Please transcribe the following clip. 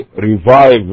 revive